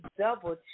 Double